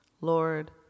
Lord